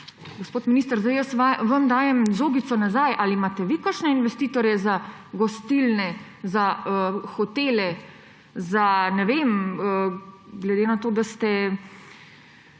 Gospod minister, zdaj jaz vam dajem žogico nazaj. Ali imate vi kakšne investitorje za gostilne, za hotele, za, ne vem, glede na to da ste